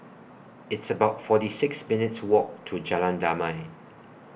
It's about forty six minutes' Walk to Jalan Damai